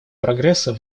прогресса